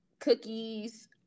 cookies